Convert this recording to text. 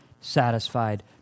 satisfied